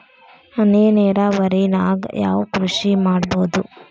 ಹನಿ ನೇರಾವರಿ ನಾಗ್ ಯಾವ್ ಕೃಷಿ ಮಾಡ್ಬೋದು?